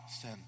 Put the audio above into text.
sin